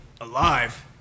alive